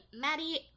Maddie